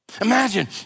Imagine